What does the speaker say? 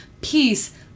peace